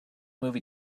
movie